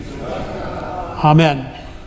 Amen